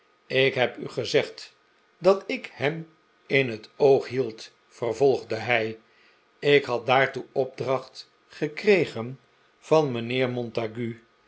ik heb u gezegd dat ik hem in het oog hield vervolgde hij ik had daartoe opdracht gekregen van mijnheer montague